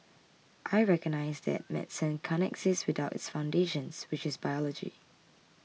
I recognise that medicine can't exist without its foundations which is biology